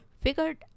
figured